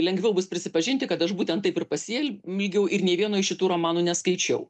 lengviau bus prisipažinti kad aš būten taip ir pasielgiau ir nei vieno iš šitų romanų neskaičiau